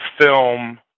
film